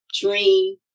dream